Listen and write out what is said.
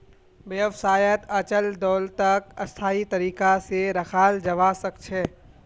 व्यवसायत अचल दोलतक स्थायी तरीका से रखाल जवा सक छे